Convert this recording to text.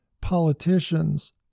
Politicians